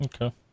Okay